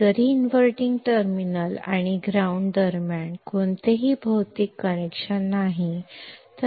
जरी inverting terminal आणि ground दरम्यान कोणतेही भौतिक कनेक्शन नाही